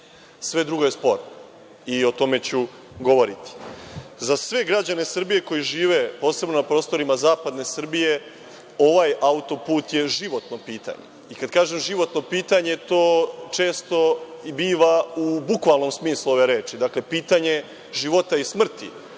Sve drugo je sporno i o tome ću govoriti.Za sve građane Srbije koji žive posebno na prostorima zapadne Srbije ovaj autoput je životno pitanje. Kad kažem životno pitanje, to često biva u bukvalnom smislu ove reči, dakle, pitanje života i smrti,